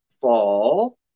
fall